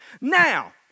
Now